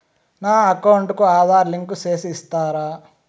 నా అకౌంట్ కు ఆధార్ లింకు సేసి ఇస్తారా?